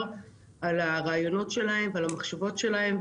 על הרעיונות שלהם ועל המחשבות שלהם,